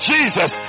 Jesus